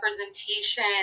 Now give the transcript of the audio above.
representation